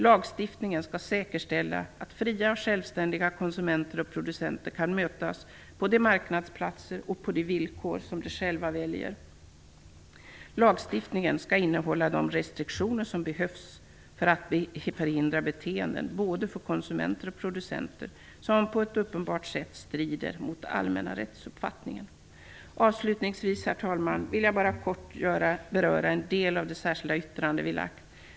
Lagstiftningen skall säkerställa att fria och självständiga konsumenter och producenter kan mötas på de marknadsplatser och på de villkor som de själva väljer. Lagstiftningen skall innehålla de restriktioner som behövs, både för konsumenter och producenter, för att förhindra beteenden som på ett uppenbart sätt strider mot den allmänna rättsuppfattningen. Avslutningsvis, herr talman, vill jag bara kort beröra en del av det särskilda yttrande vi lagt fram.